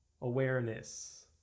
awareness